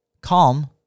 calm